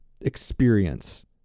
experience